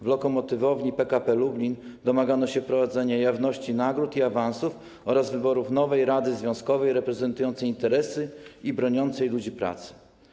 W lokomotywowni PKP Lublin domagano się wprowadzenia jawności nagród i awansów oraz wyborów nowej rady związkowej reprezentującej interesy i broniącej ludzi pracy.